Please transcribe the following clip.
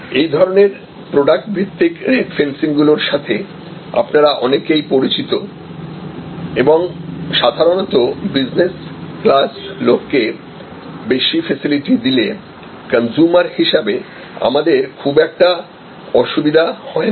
এই ধরনের প্রডাক্ট ভিত্তিক রেট ফেন্সিং গুলোর সাথে আপনারা অনেকেই পরিচিত এবং সাধারণত বিজনেস ক্লাস লোককে বেশি ফেসিলিটি দিলে কনজ্যুমার হিসাবে আমাদের খুব একটা অসুবিধা হয় না